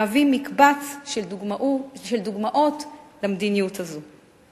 מהווים מקבץ של דוגמאות למדיניות זו.